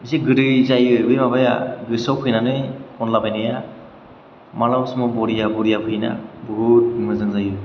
एसे गोदै जायो बे माबाया गोसोयाव फैनानै खनलाबायनाया मालाबा समाव बरिया बरिया फैयो ना बुहुथ मोजां जायो